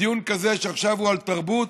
בדיון כזה, שעכשיו הוא על תרבות,